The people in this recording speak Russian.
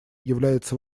является